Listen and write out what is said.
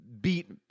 beat